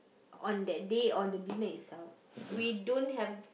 on that day on the dinner itself we don't have